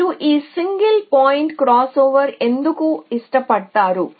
మీరు ఈ single point crossover ఎందుకు ఇష్టపడతారు